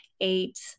eight